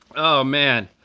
oh man.